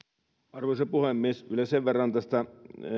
arvoisa puhemies vielä sen verran näistä